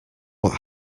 what